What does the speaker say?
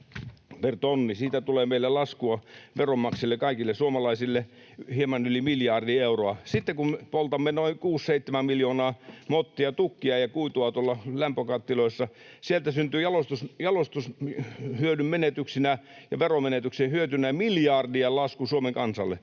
per tonni, tulee laskua meille veronmaksajille, kaikille suomalaisille, hieman yli miljardi euroa. Sitten kun poltamme noin kuusi seitsemän miljoonaa mottia tukkia ja kuitua tuolla lämpökattiloissa, sieltä syntyy jalostushyödyn menetyksinä ja veromenetyksen hyötynä miljardien lasku Suomen kansalle.